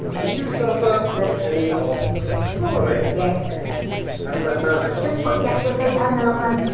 do you suffer from any of the following? yes. i haven't read them out yet. just put yes, it'll save time in the long run.